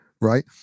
right